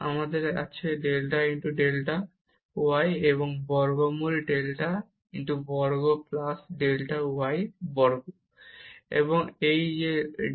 আমাদের কাছে এখন ডেল্টা x ডেল্টা y এবং ডেল্টা x বর্গ প্লাস ডেল্টা y বর্গের বর্গমূল পরে আছে